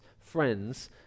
friends